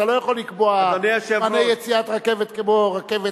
אתה לא יכול לקבוע זמני יציאת רכבת כמו רכבת,